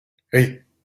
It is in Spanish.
hey